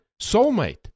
soulmate